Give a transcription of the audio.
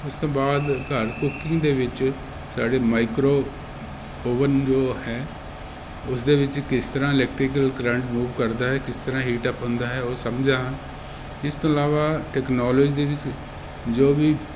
ਉਸ ਤੋਂ ਬਾਅਦ ਘਰ ਕੁਕਿੰਗ ਦੇ ਵਿੱਚ ਸਾਡੇ ਮਾਈਕਰੋ ਓਵਨ ਜੋ ਹੈ ਉਸਦੇ ਵਿੱਚ ਕਿਸ ਤਰ੍ਹਾਂ ਇਲੈਕਟਰੀਕਲ ਕਰੰਟ ਮੂਵ ਕਰਦਾ ਹੈ ਕਿਸ ਤਰ੍ਹਾਂ ਹੀਟ ਅਪ ਹੁੰਦਾ ਹੈ ਉਹ ਸਮਝਿਆ ਇਸ ਤੋਂ ਇਲਾਵਾ ਟੈਕਨੋਲੋਜੀ ਵੀ ਜੋ ਵੀ